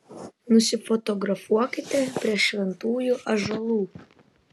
nusifotografuokite prie šventųjų ąžuolų